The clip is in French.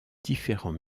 différents